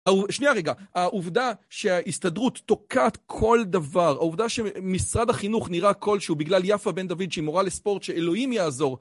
שנייה רגע, העובדה שההסתדרות תוקעת כל דבר, העובדה שמשרד החינוך נראה כלשהו בגלל יפה בן דוד שהיא מורה לספורט, שאלוהים יעזור.